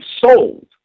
sold